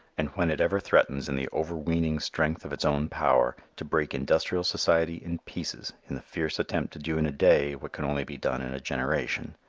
and when it ever threatens in the overweening strength of its own power to break industrial society in pieces in the fierce attempt to do in a day what can only be done in a generation.